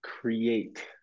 create